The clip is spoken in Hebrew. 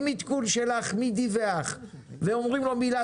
עם עדכון שלך מי דיווח ואומרים לו מילה